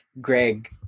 Greg